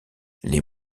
les